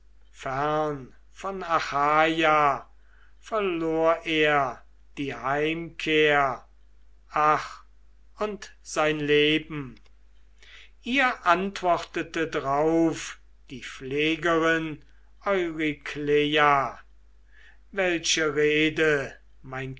fern von achaia verlor er die heimkehr ach und sein leben ihr antwortete drauf die pflegerin eurykleia welche rede mein